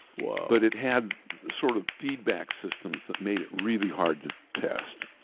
but it had sort of feedback systems that made it really hard to test.